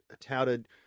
touted